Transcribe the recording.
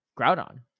Groudon